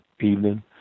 evening